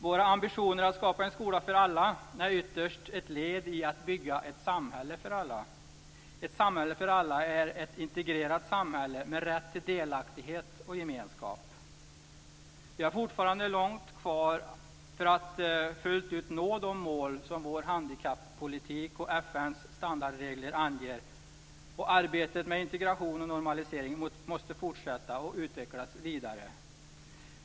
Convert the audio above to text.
Våra ambitioner att skapa en skola för alla är ytterst ett led i att bygga ett samhälle för alla. Ett samhälle för alla är ett integrerat samhälle där människor har rätt till delaktighet och gemenskap. Vi har fortfarande långt kvar för att fullt ut nå de mål som vår handikappolitik och FN:s standardregler anger. Och arbetet med integration och normalisering måste fortsätta och utvecklas vidare.